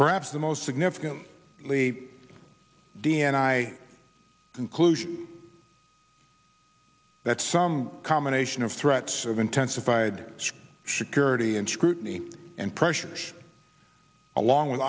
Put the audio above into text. perhaps the most significant lee d n i conclusion that some combination of threats of intensified should purity and scrutiny and pressure along with